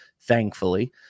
thankfully